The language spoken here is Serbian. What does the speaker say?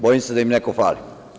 Bojim se da im neko fali.